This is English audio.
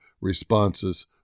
responses